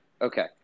Okay